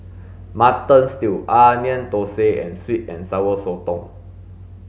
mutton stew onion thosai and sweet and sour sotong